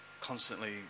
constantly